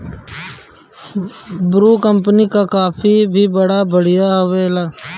Bru company कअ coffee भी बड़ा बढ़िया हवे